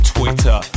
Twitter